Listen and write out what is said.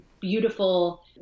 beautiful